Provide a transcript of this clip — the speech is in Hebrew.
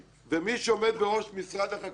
ומי שעומד בראש משרד החקלאות